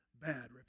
bad